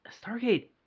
Stargate